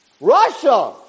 Russia